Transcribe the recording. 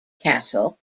castle